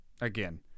Again